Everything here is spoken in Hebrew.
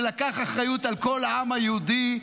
שלקח אחריות על כל העם היהודי,